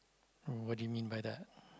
what do you mean by that